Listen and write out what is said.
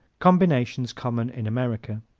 combinations common in america